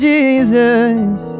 Jesus